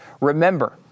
Remember